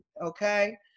Okay